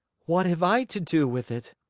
what have i to do with it?